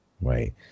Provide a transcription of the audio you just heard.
right